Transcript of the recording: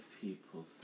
people